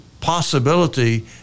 possibility